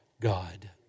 God